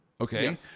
okay